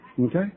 Okay